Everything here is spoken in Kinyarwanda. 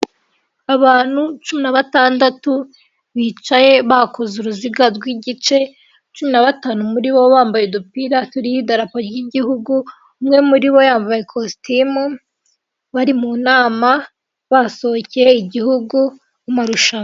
Abantu cumi na batandatu bicaye bakoze uruziga rw'igice, cumi na batanu muri bo bambaye udupira turiho idarapo y'igihugu, umwe muri bo yambaye ikositimu, bari mu nama, basohokeye igihugu mu marushanwa.